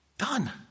done